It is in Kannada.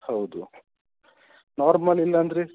ಹೌದು ನಾರ್ಮಲ್ ಇಲ್ಲಾಂದ್ರೆ